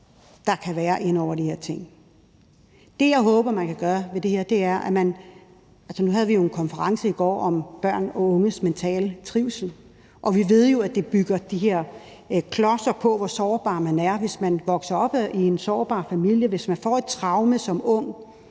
der kan være inde over de her ting. Jeg håber, man kan gøre noget ved det her. Nu havde vi jo en konference i går om børn og unges mentale trivsel, og vi ved jo, at det bygger de her klodser på ens sårbarhed, hvis man vokser op i en sårbar familie, eller hvis man får et traume som ung